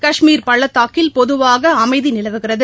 கஷ்மீர் பள்ளத்தாக்கில் பொதுவாகஅமைதிநிலவுகிறது